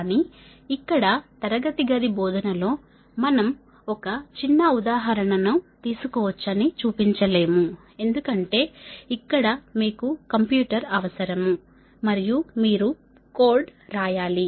కానీ ఇక్కడ తరగతి గది బోధన లో మనం ఒక చిన్న ఉదాహరణ తీసుకోవచ్చని చూపించలేము ఎందుకంటే ఇక్కడ మీకు కంప్యూటర్ అవసరం మరియు మీరు కోడ్ రాయాలి